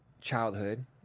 childhood